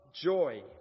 joy